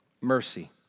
Mercy